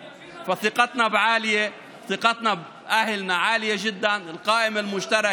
אבל בהחלט מנהיג גדול שהיה בליכוד.